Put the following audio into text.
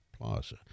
Plaza